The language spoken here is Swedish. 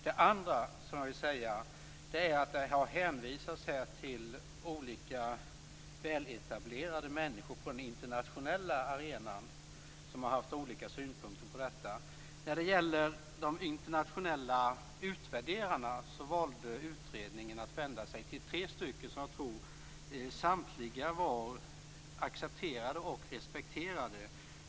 Det andra är att det här har hänvisats till olika, väletablerade människor på den internationella arenan som har haft olika synpunkter på detta. När det gäller de internationella utvärderarna valde utredningen att vända sig till tre stycken, som jag tror samtliga var accepterade och respekterade.